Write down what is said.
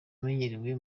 amenyerewe